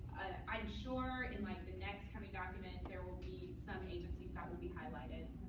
i'm sure in, like, the next kind of document, there will be some agencies that will be highlighted